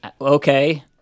okay